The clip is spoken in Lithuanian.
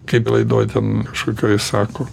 kaip laidoj ten kažkokioj sako